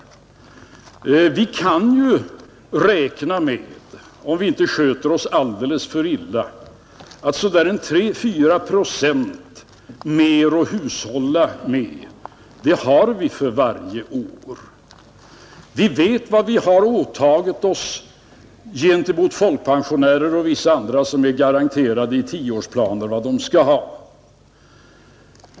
Om vi inte sköter oss alldeles för illa kan vi ju räkna med att vi har tre fyra procent mer för varje år att hushålla med. Vi vet vad vi har åtagit oss gentemot folkpensionärer och vissa andra som i tioårsplaner är garanterade vad de skall ha.